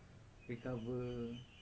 mm